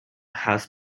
has